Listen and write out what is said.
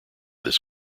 this